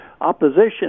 opposition